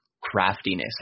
craftiness